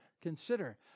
consider